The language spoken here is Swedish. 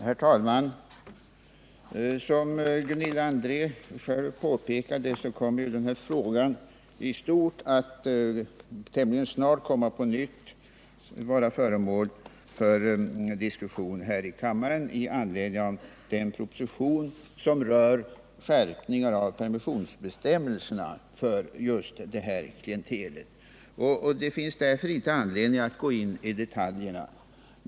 Herr talman! Som Gunilla André själv påpekade kommer den här frågan i stort att tämligen snart på nytt bli föremål för diskussion här i kammaren i anledning av den proposition som rör skärpning av permissionsbestämmelserna för just det här klientelet. Det finns därför inte orsak att gå in i detaljerna.